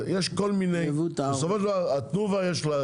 בסופו של דבר לתנובה יש,